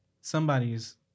somebody's